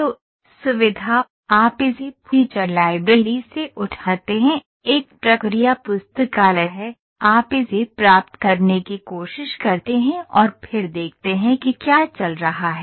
तो सुविधा आप इसे फीचर लाइब्रेरी से उठाते हैं एक प्रक्रिया पुस्तकालय है आप इसे प्राप्त करने की कोशिश करते हैं और फिर देखते हैं कि क्या चल रहा है